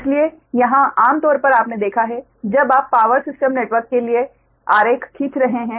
इसलिए यहां आम तौर पर आपने देखा है जब आप पावर सिस्टम नेटवर्क के लिए आरेख खींच रहे हैं